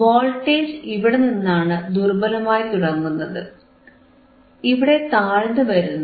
voltage ഇവിടെനിന്നാണ് ദുർബലമായിത്തുടങ്ങുന്നത് ഇവിടെ താഴ്ന്നു വരുന്നു